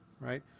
Right